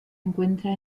encuentra